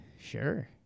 Sure